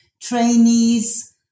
trainees